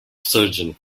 surgeon